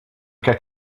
cas